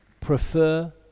prefer